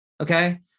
okay